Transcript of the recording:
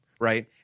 right